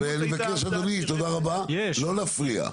אני מבקש אדוני, תודה רבה, לא להפריע.